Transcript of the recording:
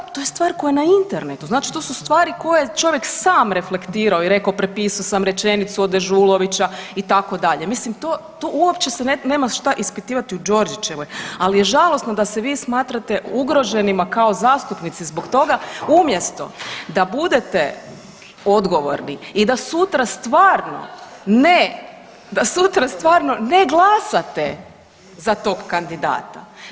To je, to je stvar koja je na internetu, znači to su stvari koje je čovjek sam reflektirao i rekao prepisao sam rečenicu od Dežulovića itd., mislim to, to uopće se nema šta ispitivati u Đorđićevoj, ali je žalosno da se vi smatrate ugroženima kao zastupnici zbog toga umjesto da budete odgovorni i da sutra stvarno ne, da sutra stvarno ne glasate za tog kandidata.